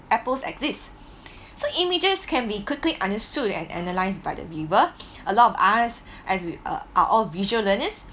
apples exist so images can be quickly understood and analysed by the viewer a lot of eyes as we uh are all visual learners